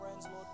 friends